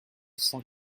cent